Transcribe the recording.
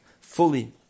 fully